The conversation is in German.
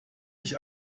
ich